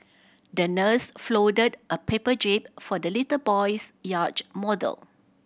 the nurse folded a paper jib for the little boy's yacht model